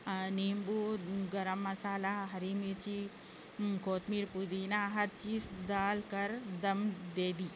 نیمبو گرم مسالہ ہری مرچی کوتمیر پودینہ ہر چیز دال کر دم دے دی